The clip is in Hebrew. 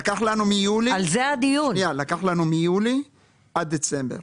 לקח לנו מיולי עד דצמבר.